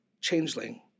Changeling